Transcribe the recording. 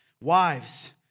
Wives